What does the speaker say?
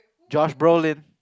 Josh-Brolin